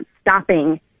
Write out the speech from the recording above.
stopping